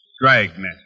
Dragnet